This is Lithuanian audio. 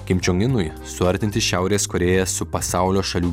kim čion inui suartinti šiaurės korėją su pasaulio šalių